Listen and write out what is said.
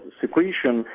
secretion